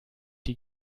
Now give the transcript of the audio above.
die